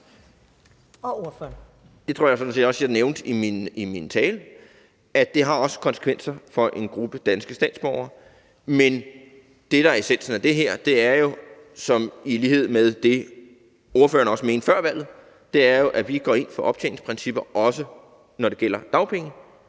jeg sådan set også at jeg nævnte i min tale: Det har også konsekvenser for en gruppe danske statsborgere. Men det, der er essensen af det her, er jo – i lighed med det, som ordføreren også mente før valget – at vi går ind for optjeningsprincipper, også når det gælder dagpenge.